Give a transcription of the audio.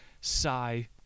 Sigh